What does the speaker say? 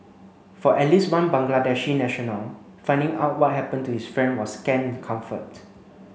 for at least one Bangladeshi national finding out what happened to his friend was scant comfort